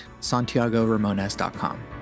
santiagoramones.com